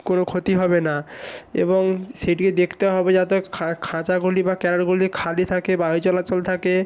কোনো ক্ষতি হবে না এবং সেটি দেখতে হবে যাতে খাঁচাগুলি বা ক্যারটগুলি খালি থাকে বায়ু চলাচল থাকে